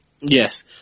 Yes